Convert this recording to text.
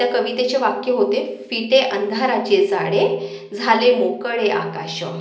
त्या कवितेचे वाक्य होते फिटे अंधाराचे जाळे झाले मोकळे आकाश